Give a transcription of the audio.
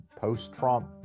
post-Trump